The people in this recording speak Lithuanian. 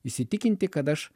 įsitikinti kad aš